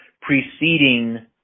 preceding